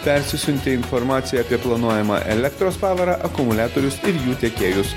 persisiuntė informaciją apie planuojamą elektros pavarą akumuliatorius ir jų tiekėjus